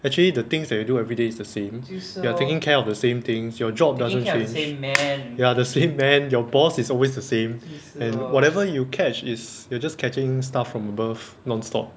actually the things that you do everyday is the same you are taking care of the same things your job doesn't change ya the same man your boss is always the same and whatever you catch is you're just catching stuff from above nonstop